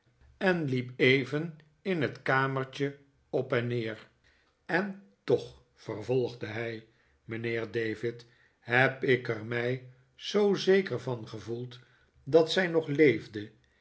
en liep even in het kamertje op en neer en toch vervolgde hij mijnheer david heb ik er mij zoo zeker van gevoeld dat zij nog leefde